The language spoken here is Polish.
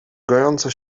gojące